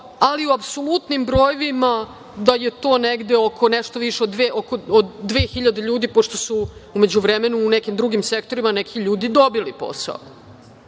ali u apsolutnim brojevima da je to nešto više od 2.000 ljudi, pošto su u međuvremenu u nekim drugim sektorima neki ljudi dobili posao.